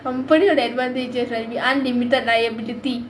company உட:uda advantages are there will be unlimited liability